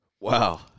Wow